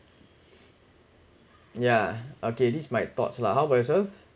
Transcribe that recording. yeah okay this my thoughts lah how about yourself